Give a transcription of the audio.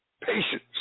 patience